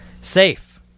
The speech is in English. Safe